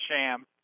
sham